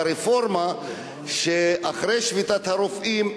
לרפורמה שאחרי שביתת הרופאים,